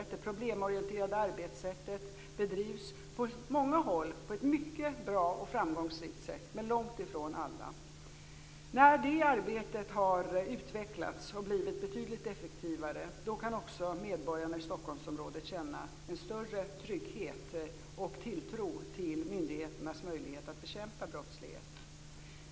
Det problemorienterade arbetssättet bedrivs på många håll på ett mycket bra och framgångsrikt sätt, men långt ifrån överallt. När det arbetet har utvecklats och blivit betydligt effektivare kan också medborgarna i Stockholmsområdet känna en större trygghet och tilltro till myndigheternas möjlighet att bekämpa brottslighet.